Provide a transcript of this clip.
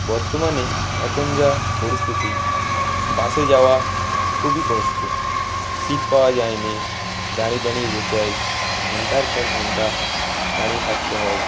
বর্তমানে এখন যা পরিস্থিতি বাসে যাওয়া খুবই কষ্ট সিট পাওয়া যায় নে দাঁড়িয়ে দাঁড়িয়ে যেতে হয় ঘন্টার পর ঘন্টা দাঁড়িয়ে থাকতে হয়